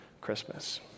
Christmas